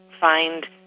find